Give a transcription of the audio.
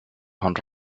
hunt